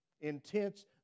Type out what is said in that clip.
Intense